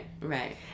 right